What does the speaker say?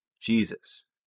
Jesus